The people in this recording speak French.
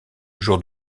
jour